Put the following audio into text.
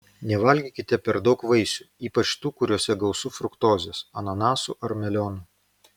nevalgykite per daug vaisių ypač tų kuriuose gausu fruktozės ananasų ar melionų